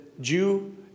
Jew